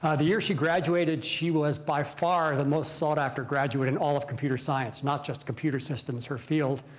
the year she graduated, she was by far the most sought after graduate in all of computer science, not just computer systems, her field.